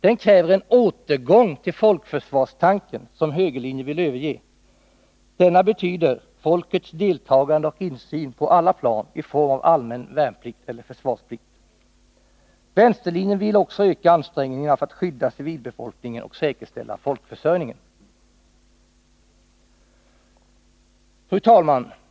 Den kräver en återgång till folkförsvarstanken, som högerlinjen vill överge. Denna betyder folkets deltagande och insyn på alla plan i form av allmän värnplikt eller försvarsplikt. Vänsterlinjen vill öka ansträngningarna för att skydda civilbefolkningen och säkerställa folkförsörjningen.” Fru talman!